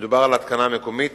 מדובר על התקנה מקומית